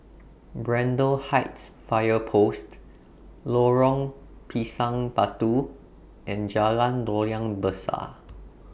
Braddell Heights Fire Post Lorong Pisang Batu and Jalan Loyang Besar